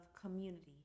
community